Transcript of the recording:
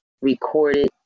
recorded